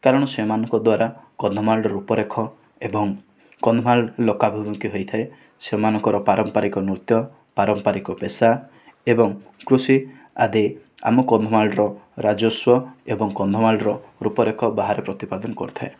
କାରଣ ସେମାନଙ୍କ ଦ୍ୱାରା କନ୍ଧମାଳ ରୂପରେଖ ଏବଂ କନ୍ଧମାଳ ଲୋକାଭିମୁଖୀ ହୋଇଥାଏ ସେମାନଙ୍କ ପାରମ୍ପରିକ ନୃତ୍ୟ ପାରମ୍ପରିକ ପେଷା ଏବଂ କୃଷି ଆଦି ଆମ କନ୍ଧମାଳର ରାଜସ୍ଵ ଏବଂ କନ୍ଧମାଳର ରୂପରେଖ ବାହାରେ ପ୍ରତିପାଦନ କରିଥାଏ